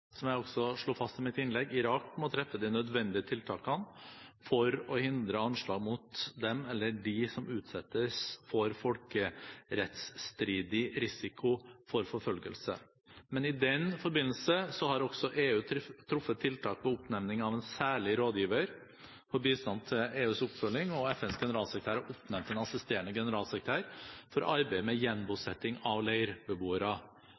Som jeg også slo fast i mitt innlegg: Irak må treffe de nødvendige tiltakene for å hindre anslag mot dem som utsettes for folkerettsstridig risiko for forfølgelse. Men i den forbindelse har også EU truffet tiltak ved oppnevning av en særlig rådgiver for bistand til EUs oppfølging, og FNs generalsekretær har oppnevnt en assisterende generalsekretær for å arbeide med gjenbosetting av leirbeboere.